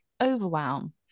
overwhelm